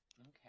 Okay